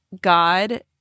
God